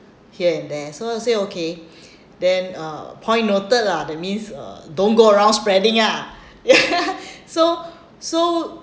here and there so I say okay then uh point noted lah that means uh don't go around spreading lah so so